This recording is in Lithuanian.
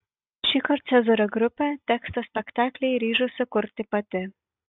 šįkart cezario grupė tekstą spektakliui ryžosi kurti pati